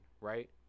right